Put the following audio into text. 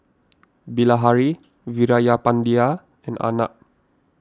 Bilahari Veerapandiya and Arnab